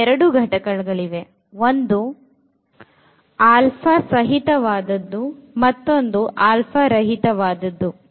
ಇಲ್ಲಿ ಎರಡು ಘಟಕಗಳಿವೆ ಒಂದು ಸಹಿತವಾದದ್ದು ಮತ್ತು ರಹಿತವಾದದ್ದು